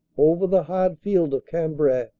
over the hard field of cambrai,